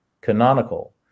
canonical